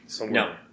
No